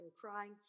crying